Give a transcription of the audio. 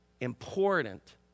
important